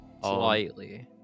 Slightly